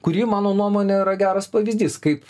kuri mano nuomone yra geras pavyzdys kaip